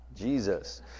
Jesus